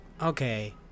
okay